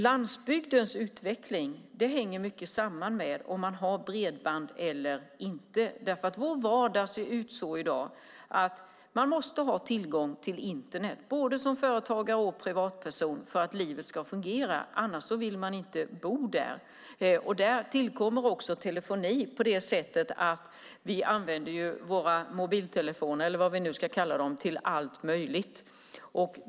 Landsbygdens utveckling hänger mycket samman med om man har bredband eller inte därför att vår vardag ser ut så i dag att man måste ha tillgång till Internet både som företagare och som privatperson för att livet ska fungera, annars vill man inte bo där. Där tillkommer också telefoni på det sättet att vi använder våra mobiltelefoner, eller vad vi nu ska kalla dem, till allt möjligt.